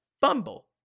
bumble